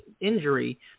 injury